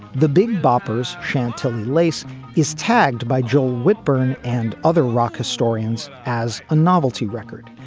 the big boppers chantilly lace is tagged by joel whitburn and other rock historians as a novelty record,